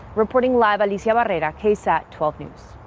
reporting live in dc about it at ksat twelve news.